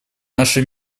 наша